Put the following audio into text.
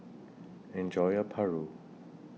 Enjoy your Paru